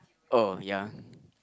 oh ya